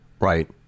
Right